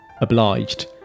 obliged